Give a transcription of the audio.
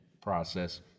process